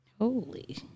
Holy